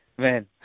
Man